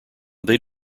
they